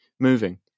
moving